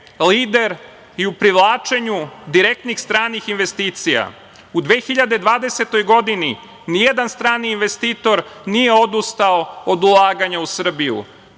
lider i u privlačenju direktnih stranih investicija. U 2020. godini nijedan strani investitor nije odustao od ulaganja u Srbiju.